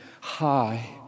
high